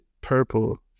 Purple